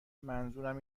منظورم